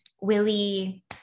Willie